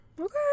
Okay